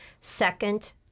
Second